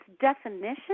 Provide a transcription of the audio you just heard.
definition